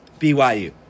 BYU